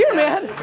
man,